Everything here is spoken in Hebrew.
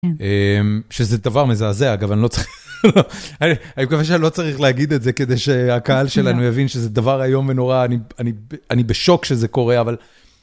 שזה דבר מזעזע, אגב, אני לא צריך, אני מקווה שאני לא צריך להגיד את זה כדי שהקהל שלנו יבין שזה דבר איום ונורא, אני בשוק שזה קורה, אבל...